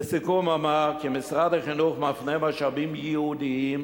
לסיכום אומר כי משרד החינוך מפנה משאבים ייעודיים